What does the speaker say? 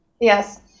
Yes